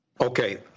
Okay